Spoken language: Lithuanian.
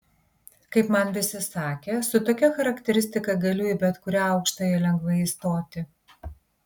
kaip man visi sakė su tokia charakteristika galiu į bet kurią aukštąją lengvai įstoti